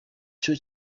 cyo